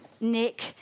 Nick